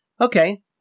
okay –